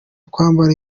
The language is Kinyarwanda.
kwambara